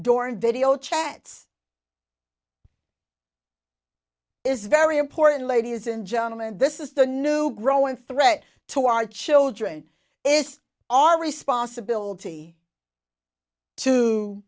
and video chats is very important ladies and gentlemen this is the new growing threat to our children is our responsibility to